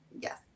yes